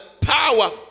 power